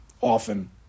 often